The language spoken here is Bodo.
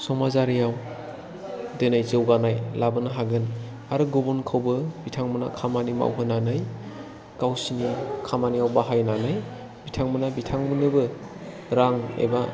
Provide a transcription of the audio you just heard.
समाजआरियाव दिनै जौगानाय लाबोनो हागोन आरो गुबुनखौबो बिथांमोना खामानि मावहोनानै गावसोरनि खामानियाव बाहायनानै बिथांमोना बिथांमोननोबो रां एबा